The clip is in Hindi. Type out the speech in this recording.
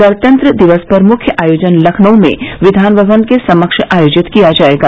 गणतंत्र दिवस पर मुख्य आयोजन लखनऊ में विधान भवन के समक्ष आयोजित किया जायेगा